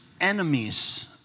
enemies